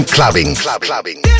Clubbing